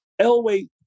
Elway